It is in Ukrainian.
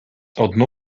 одну